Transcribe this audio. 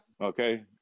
Okay